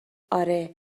اره